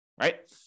right